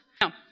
Now